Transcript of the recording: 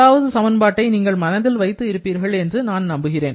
முதலாவது சமன்பாட்டை நீங்கள் மனதில் வைத்து இருப்பீர்கள் என்று நம்புகிறேன்